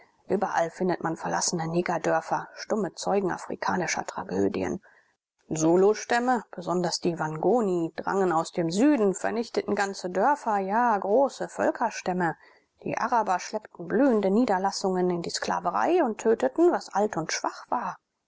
überall findet man verlassene negerdörfer stumme zeugen afrikanischer tragödien zulustämme besonders die wangoni drangen aus dem süden vernichteten ganze dörfer ja große völkerstämme die araber schleppten blühende niederlassungen in die sklaverei und töteten was alt und schwach war